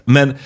Men